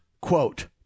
quote